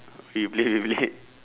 beyblade beyblade